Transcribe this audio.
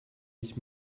nicht